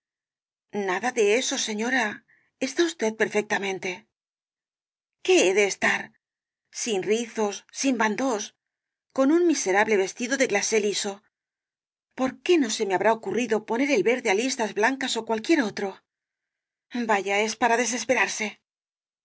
nada de eso señora está usted perfectamente qué he de estar sin rizos sin bandos con un miserable vestido de glasé liso por qué no se me habrá ocurrido poner el verde á listas blancas ó cualquier otro vaya es para desesperarse